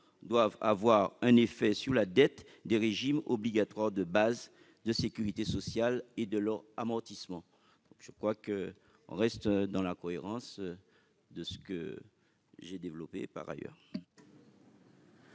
doivent avoir un effet sur la dette des régimes obligatoires de base de sécurité sociale et sur son amortissement. Nous restons ainsi dans la cohérence des positions que j'ai développées par ailleurs.